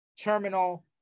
Terminal